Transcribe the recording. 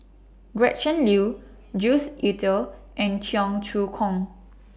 Gretchen Liu Jues Itier and Cheong Choong Kong